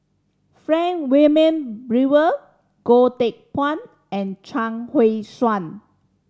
Frank Wilmin Brewer Goh Teck Phuan and Chuang Hui Tsuan